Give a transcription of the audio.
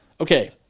okay